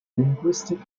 linguistic